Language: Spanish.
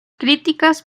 críticas